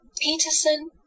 Peterson